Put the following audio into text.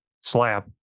slab